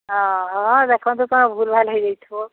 ହଁ ହଁ ଦେଖନ୍ତୁ କ'ଣ ଭୁଲ୍ ଭାଲ୍ ହେଇଯାଇଥିବ